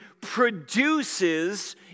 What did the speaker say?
produces